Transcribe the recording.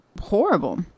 horrible